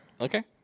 Okay